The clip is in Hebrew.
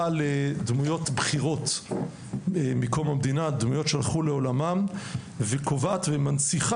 פנו אליי כל מיני עיתונאים וניסו לגשש האם אני מתנגד לזה,